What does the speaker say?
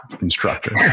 instructor